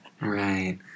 Right